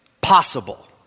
possible